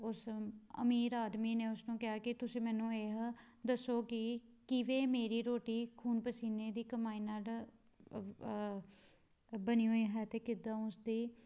ਉਸ ਅਮੀਰ ਆਦਮੀ ਨੇ ਉਸ ਨੂੰ ਕਿਹਾ ਕਿ ਤੁਸੀਂ ਮੈਨੂੰ ਇਹ ਦੱਸੋ ਕਿ ਕਿਵੇਂ ਮੇਰੀ ਰੋਟੀ ਖੂਨ ਪਸੀਨੇ ਦੀ ਕਮਾਈ ਨਾਲ ਅਵ ਬਣੀ ਹੋਈ ਹੈ ਅਤੇ ਕਿੱਦਾਂ ਉਸ ਦੀ